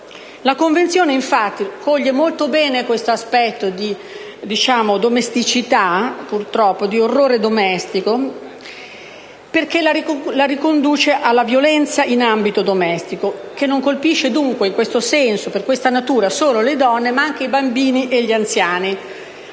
La Convenzione coglie molto bene questo aspetto di domesticità e di orrore domestico perché lo riconduce alla violenza in ambito domestico, che non colpisce per questa natura solo le donne, ma anche i bambini e gli anziani,